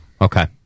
Okay